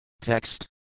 Text